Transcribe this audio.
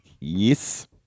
Yes